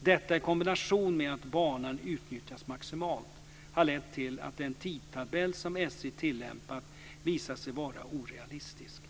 Detta, i kombination med att banan utnyttjas maximalt, har lett till att den tidtabell som SJ tillämpat visat sig vara orealistisk.